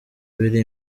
biri